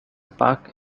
park